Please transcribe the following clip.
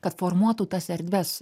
kad formuotų tas erdves